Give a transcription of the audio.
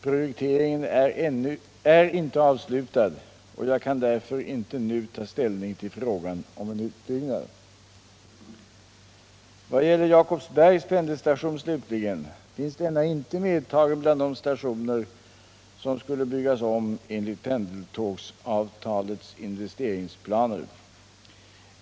Projekteringen är inte avslutad, och jag kan därför inte nu ta ställning till frågan om en utbyggnad. Vad slutligen gäller Jakobsbergs pendelstation finns denna inte medtagen bland de stationer som skulle byggas om enligt pendeltågsavtalets investeringsplaner.